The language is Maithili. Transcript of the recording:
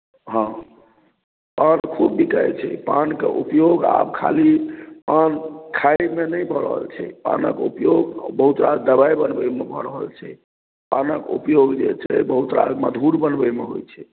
हँ आओर खूब बिकाइत छै पानके उपयोग आब खाली पान खाइमे नहि भऽ रहल छै पानक उपयोग बहुत रास दवाइ बनबयमे भऽ रहल छै पानक उपयोग जे छै बहुत रास मधूर बनबयमे होइत छै